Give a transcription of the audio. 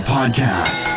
Podcast